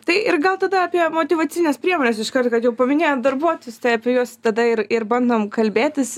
tai ir gal tada apie motyvacines priemones iškart kad jau paminėjot darbuotojus tai apie juos tada ir ir bandom kalbėtis